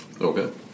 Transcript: Okay